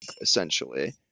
Essentially